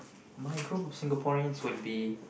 my group of Singaporeans would be